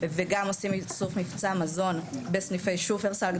וגם עושים איסוף מבצע מזון בסניפי שופרסל,